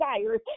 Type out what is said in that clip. desires